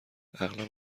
اغلب